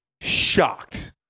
shocked